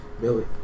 Billy